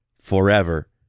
forever